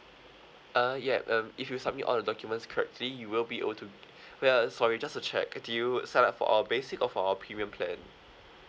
uh yeah um if you submit all the documents correctly you will be able to wait ah sorry just to check did you sign up for our basic or for our premium plan